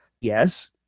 yes